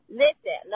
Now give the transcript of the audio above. listen